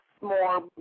more